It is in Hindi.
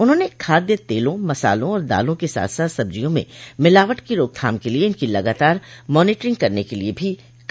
उन्होंने खाद्य तेलों मसालों और दालों के साथ साथ सब्जियों में मिलावट की रोकथाम के लिये इनकी लगातार मॉनिटरिंग करने के लिये भी कहा